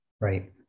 Right